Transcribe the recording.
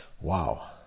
Wow